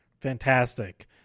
Fantastic